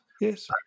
yes